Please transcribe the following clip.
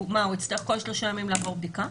מה, הוא יצטרך כל 3 ימים לעבור בדיקה?